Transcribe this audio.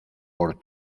por